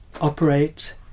operate